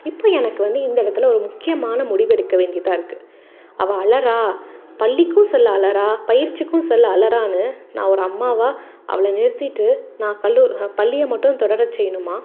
இப்போ எனக்கு வந்து இந்த இடத்துல ஒரு முக்கியமான முடிவெடுக்க வேண்டியதாக இருக்குது அவள் அழறா பள்ளிக்கும் செல்ல அழறா பயிற்சிக்கும் செல்ல அழறான்னு நான் ஒரு அம்மாவாக அவளை நிறுத்திவிட்டு நான் கல்லூ பள்ளியை மட்டும் தொடர செய்யணுமா